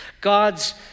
God's